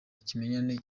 kimenyane